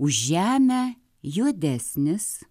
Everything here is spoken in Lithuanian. už žemę juodesnis